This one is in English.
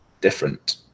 different